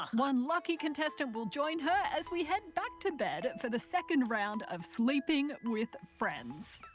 one lucky contestant will join her, as we head back to bed for the second round of sleeping with friends.